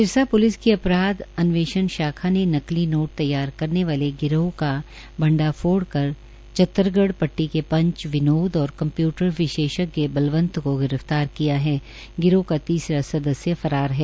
Sirsa police की अपराध अन्वेषण शाखा ने नकली नोट तैयार करने वाले गिरोह का भंडाफोड़ कर चत्तरगढ़ पट्टी के पंच विनोट और कम्प्यूटर विशेषज्ञ बंलवत को गिरफ्तार किया है